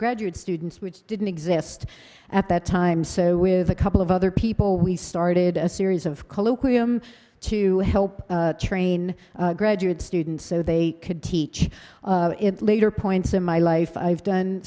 graduate students which didn't exist at that time so with a couple of other people we started a series of colloquium to help train graduate students so they could teach it later points in my life i've done